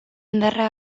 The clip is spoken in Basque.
indarra